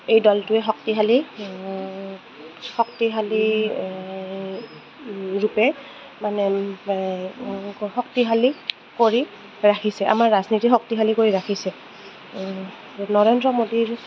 এই দলটোৱে শক্তিশালী শক্তিশালী ৰূপে মানে শক্তিশালী কৰি ৰাখিছে আমাৰ ৰাজনীতি শক্তিশালী কৰি ৰাখিছে নৰেন্দ্ৰ মোদীৰ